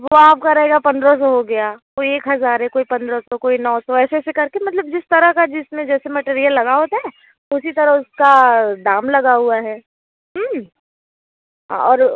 वो आपका रहेगा पन्द्रह सौ हो गया कोई एक हज़ार है कोई पन्द्रह सौ कोई नौ सौ ऐसे ऐसे करके मतलब जिस तरह का जिसमें जैसे मैटीरियल लगा होता है उसी तरह उसका दाम लगा हुआ है और